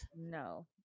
No